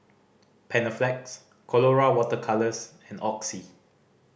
Panaflex Colora Water Colours and Oxy